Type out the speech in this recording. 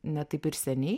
ne taip ir seniai